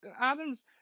Adam's